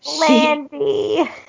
Landy